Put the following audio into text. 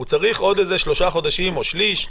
הוא צריך עוד איזה שלושה חודשים או שליש,